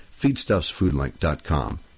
FeedstuffsFoodLink.com